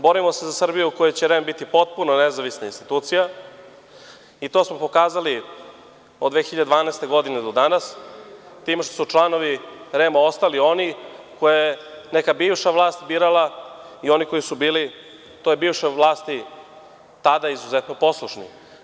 Borimo se za Srbiju u kojoj će REM biti potpuno nezavisna institucija i to smo pokazali od 2012. godine do danas, time što su članovi REM ostali oni koje je neka bivša vlast birala i oni koji su bili toj bivšoj vlasti, tada izuzetno poslušni.